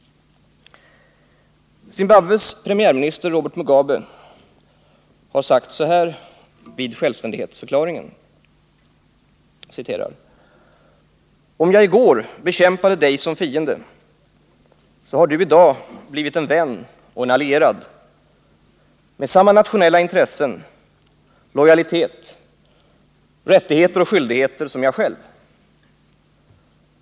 Zimbabwes premiärminister Robert Mugabe har sagt så här vid självständighetsförklaringen: ”Om jag i går bekämpade dig som fiende, så har du i dag blivit en vän och en allierad med samma nationella intressen, lojalitet, rättigheter och skyldigheter som jag själv.